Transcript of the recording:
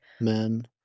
men